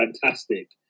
fantastic